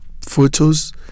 photos